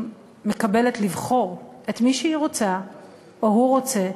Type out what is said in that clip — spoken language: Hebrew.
מקבלת לבחור את מי שהיא רוצה או הוא רוצה